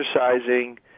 exercising